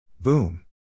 Boom